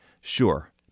Sure